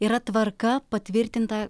yra tvarka patvirtinta